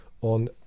on